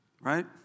right